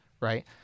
right